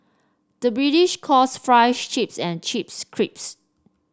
the British calls fries chips and chips